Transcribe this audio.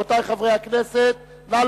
רבותי חברי הכנסת, נא